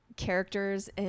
characters